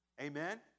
Amen